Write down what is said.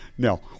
Now